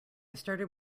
started